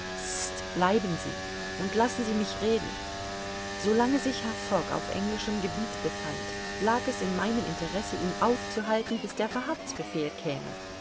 bleiben sie und lassen mich reden so lange sich herr fogg auf englischem gebiet befand lag es in meinem interesse ihn aufzuhalten bis der verhaftsbefehl käme